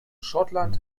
schottland